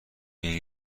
این